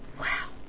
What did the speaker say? wow